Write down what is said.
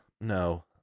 no